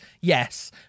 Yes